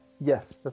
Yes